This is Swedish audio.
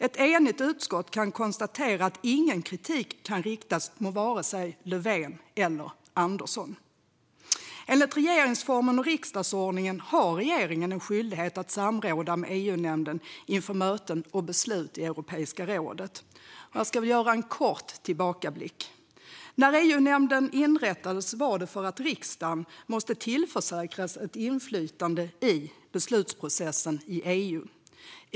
Ett enigt utskott konstaterar att ingen kritik kan riktas mot vare sig Löfven eller Andersson. Enligt regeringsformen och riksdagsordningen har regeringen en skyldighet att samråda med EU-nämnden inför möten och beslut i Europeiska rådet. Jag ska göra en kort tillbakablick. När EU-nämnden inrättades var det för att riksdagen måste tillförsäkras ett inflytande över beslutsprocessen i EU.